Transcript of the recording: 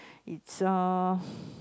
it's err